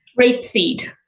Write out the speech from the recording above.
Rapeseed